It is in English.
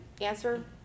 answer